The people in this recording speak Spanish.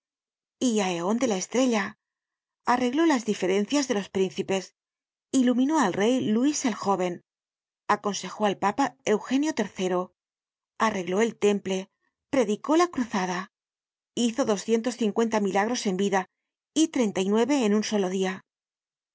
y á eon de la estrella arregló las diferencias de los príncipes iluminó al rey luis el jóven aconsejó al papa eugenio iii arregló el temple predicó la cruzada hizo doscientos cincuenta milagros en vida y treinta y nueve en un solo dia